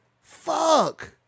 Fuck